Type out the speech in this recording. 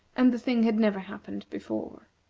and the thing had never happened before.